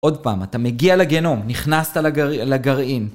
עוד פעם, אתה מגיע לגיהנום, נכנסת לגרעין.